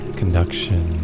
conduction